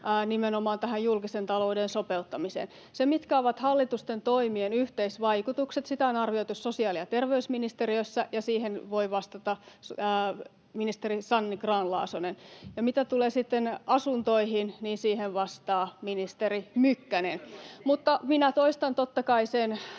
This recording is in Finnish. nimenomaan tähän julkisen talouden sopeuttamiseen. Sitä, mitkä ovat hallituksen toimien yhteisvaikutukset, on arvioitu sosiaali- ja terveysministeriössä, ja siihen voi vastata ministeri Sanni Grahn-Laasonen. Ja mitä tulee sitten asuntoihin, niin siihen vastaa ministeri Mykkänen. Mutta minä toistan totta kai sen,